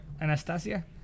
Anastasia